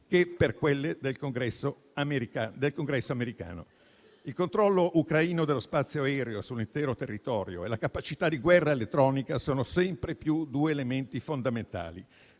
che per quelle del Congresso americano. Il controllo ucraino dello spazio aereo sull'intero territorio e la capacità di guerra elettronica sono sempre più due elementi fondamentali.